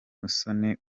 musoni